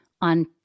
on